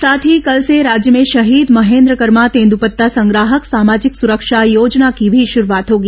साथ ही कल से राज्य में शहीद महेन्द्र कर्मा तेंद्रपत्ता संग्राहक सामाजिक सुरक्षा योजना की भी शुरूआत होगी